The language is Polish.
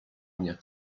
mnie